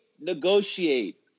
negotiate